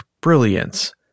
brilliance